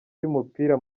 ry’umupira